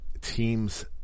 team's